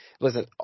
Listen